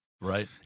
Right